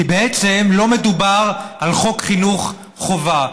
כי בעצם לא מדובר על חוק חינוך חובה,